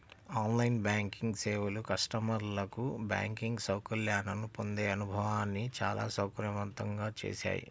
on line banking సేవలు కస్టమర్లకు banking సౌకర్యాలను పొందే అనుభవాన్ని చాలా సౌకర్యవంతంగా చేశాయి